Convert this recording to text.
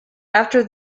after